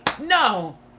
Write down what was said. no